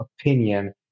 opinion